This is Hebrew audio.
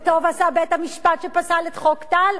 וטוב עשה בית-המשפט שפסל את חוק טל,